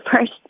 first